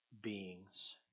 beings